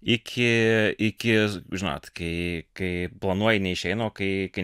iki iki žinot kai kai planuoji neišeina o kai kai